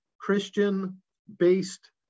Christian-based